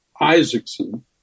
Isaacson